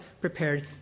prepared